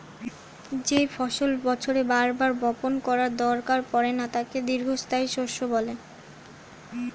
যেই ফসল বছরে বার বার বপণ করার দরকার পড়ে না তাকে দীর্ঘস্থায়ী শস্য বলে